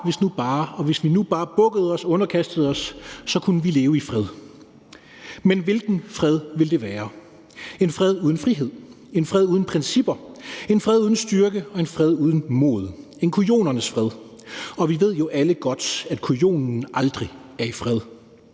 hvis nu bare. Og hvis vi nu bare bukkede os, underkastede os, så kunne vi leve i fred. Men hvilken fred ville det være? En fred uden frihed, en fred uden principper, en fred uden styrke og en fred uden mod; en kujonernes fred. Og vi ved jo alle godt, at kujonen aldrig er i fred.